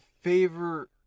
favor